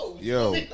Yo